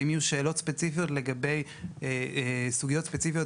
אם יהיו שאלות ספציפיות לגבי סוגיות ספציפיות